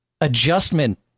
adjustment